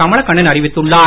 கமலக்கண்ணன் அறிவித்துள்ளார்